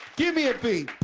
give me a beat!